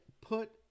put